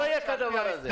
לא יהיה כדבר הזה.